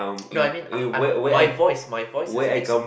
no I mean I I'm my voice my voice is a bit soft